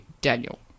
Daniel